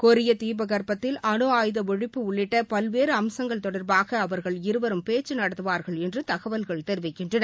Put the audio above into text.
கொரிய தீப கற்பத்தில் அணு ஆயுத ஒழிப்பு உள்ளிட்ட பல்வேறு அம்சங்கள் தொடர்பாக ப அவர்கள் இருவரும் பேச்சு நடத்துவார்கள் என்று தகவல்கள் தெரிவிக்கின்றன